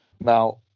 Now